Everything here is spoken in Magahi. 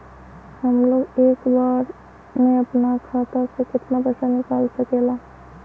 हमलोग एक बार में अपना खाता से केतना पैसा निकाल सकेला?